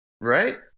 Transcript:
right